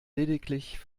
lediglich